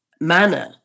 manner